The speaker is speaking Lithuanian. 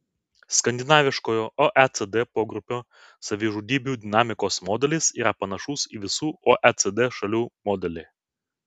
skandinaviškojo oecd pogrupio savižudybių dinamikos modelis yra panašus į visų oecd šalių modelį